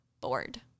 bored